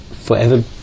Forever